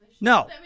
No